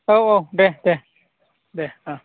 औ औ दे दे दे